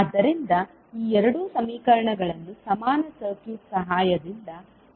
ಆದ್ದರಿಂದ ಈ ಎರಡು ಸಮೀಕರಣಗಳನ್ನು ಸಮಾನ ಸರ್ಕ್ಯೂಟ್ ಸಹಾಯದಿಂದ ಪ್ರತಿನಿಧಿಸಬಹುದು